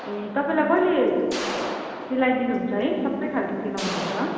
ए तपाईँलाई कहिले सिलाइदिनु हुन्छ है सबै खालको सिलाउनु हुन्छ